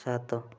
ସାତ